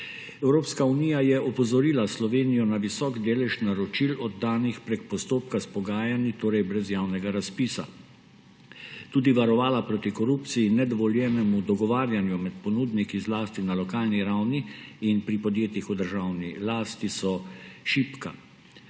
naročil. Evropska unija je opozorila Slovenijo na visok delež naročil, oddanih prek postopka s pogajanji, torej brez javnega razpisa. Tudi varovala proti korupciji, nedovoljenemu dogovarjanju med ponudniki zlasti na lokalni ravni in pri podjetjih v državni lasti so šibka,